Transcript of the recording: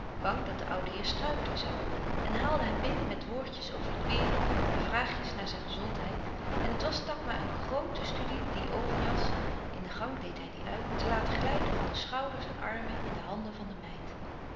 bang dat de oude heer struikelen zoû en haalde hem binnen met woordjes over het weêr en vraagjes naar zijn gezondheid en het was takma een groote studie de overjas in de gang deed hij die uit te laten glijden van de schouders en armen in de handen van de meid